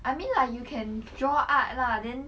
I mean like you can draw art lah then